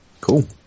Cool